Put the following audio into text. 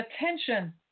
attention